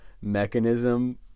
mechanism